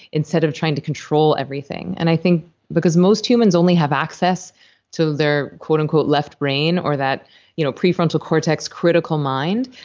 instead of trying to control everything and i think because most humans only have access to their, quote unquote, left brain, or that you know prefrontal cortex critical mind,